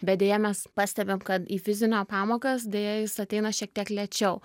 bet deja mes pastebim kad į fizinio pamokas deja jis ateina šiek tiek lėčiau